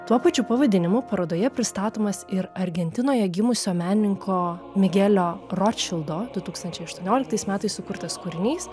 tuo pačiu pavadinimu parodoje pristatomas ir argentinoje gimusio menininko migelio rotšildo du tūkstančiai aštuonioliktais metais sukurtas kūrinys